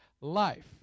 life